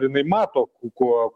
jinai mato kuo